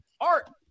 art